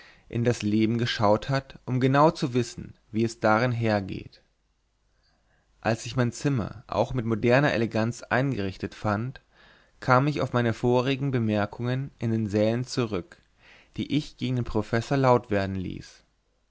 in das leben geschaut hat um genau zu wissen wie es darin hergeht als ich sein zimmer auch mit moderner eleganz eingerichtet fand kam ich auf meine vorigen bemerkungen in den sälen zurück die ich gegen den professor laut werden ließ